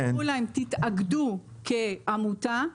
אמרו להם תתאגדו כעמותה.